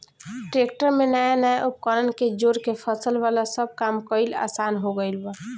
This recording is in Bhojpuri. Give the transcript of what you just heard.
ट्रेक्टर में नया नया उपकरण के जोड़ के फसल वाला सब काम कईल आसान हो गईल बा